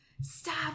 Stop